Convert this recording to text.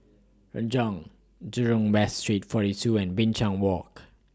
Renjong Jurong West Street forty two and Binchang Walk